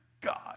God